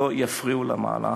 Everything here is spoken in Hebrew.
למהלך.